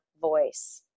voice